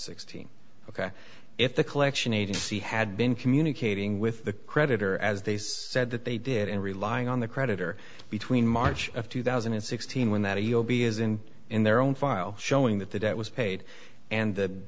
sixteen ok if the collection agency had been communicating with the creditor as they said that they did and relying on the creditor between march of two thousand and sixteen when that he'll be is in in their own file showing that the debt was paid and the